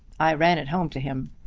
i ran it home to him!